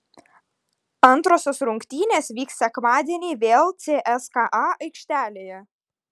antrosios rungtynės vyks sekmadienį vėl cska aikštelėje